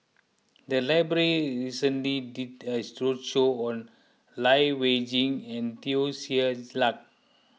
the library recently did a roadshow on Lai Weijie and Teo Ser Luck